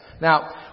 Now